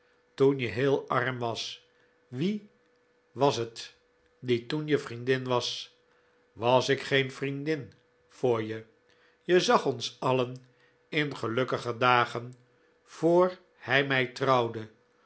toen je heel arm was wie was het die toen je vriendin was was ik geen vriendin voor je je zag ons alien in gelukkiger dagen voor hij mij trouwde